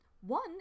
One